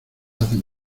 hacen